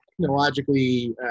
technologically